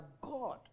God